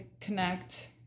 connect